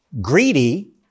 greedy